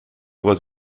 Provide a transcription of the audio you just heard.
was